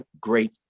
great